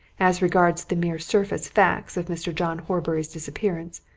as regards the mere surface facts of mr. john horbury's disappearance,